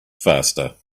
faster